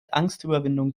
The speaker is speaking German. angstüberwindung